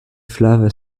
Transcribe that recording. flava